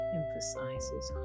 emphasizes